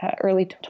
early